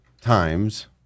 times